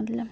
मतलब